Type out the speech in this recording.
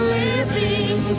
living